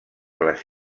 les